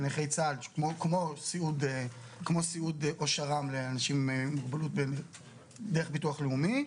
נכי צה"ל כמו סיעוד או שר"מ לאנשים עם מוגבלות דרך ביטוח לאומי,